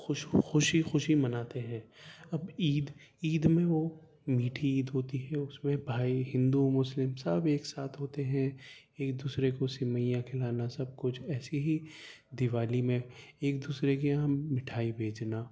خوش خوشی خوشی مناتے ہیں اب عید عید میں وہ میٹھی عید ہوتی ہے اس میں بھائی ہندو مسلم سب ایک ساتھ ہوتے ہیں ایک دوسرے کو سوئیاں کھلانا سب کچھ ایسے ہی دیوالی میں ایک دوسرے کے یہاں مٹھائی بھیجنا